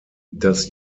das